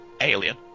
alien